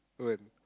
when